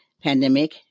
pandemic